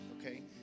Okay